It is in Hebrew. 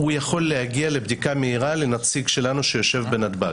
הוא יכול להגיע לבדיקה מהירה לנציג שלנו שיושב בנתב"ג.